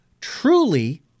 truly